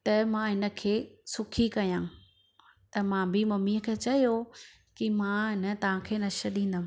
त मां हिनखे सुखी कयां त मां बि ममीअ खे चयो कि मां न तव्हांखे न छॾींदमि